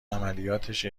عملیاتش